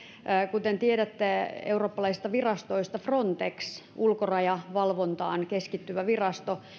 kuten tiedätte eurooppalaisista virastoista frontex ulkorajavalvontaan keskittyvä virasto